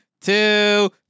two